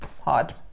hard